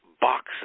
boxes